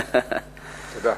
תודה.